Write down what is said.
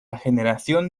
generación